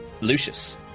Lucius